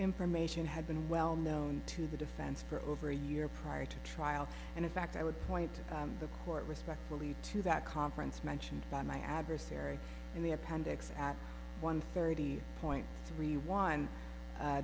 information had been well known to the defense for over a year prior to trial and in fact i would point the court respectfully to that conference mentioned by my adversary in the appendix at one thirty point three one